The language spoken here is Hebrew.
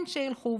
כן, שילכו.